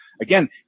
again